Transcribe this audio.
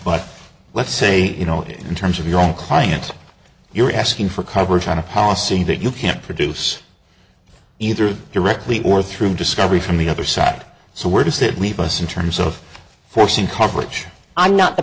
but let's say you know it in terms of your clients you're asking for coverage on a policy that you can't produce either directly or through discovery from the other side so where does it leave us in terms of forcing coverage i'm not the